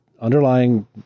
underlying